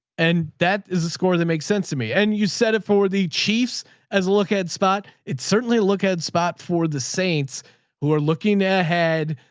and that is a score that makes sense to me. and you set it for the chiefs as look at spot. it certainly look at spot for the saints who are looking at ahead.